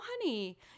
honey